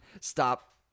Stop